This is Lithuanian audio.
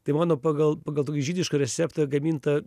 tai mano pagal pagal tokį žydišką receptą gaminta